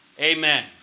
Amen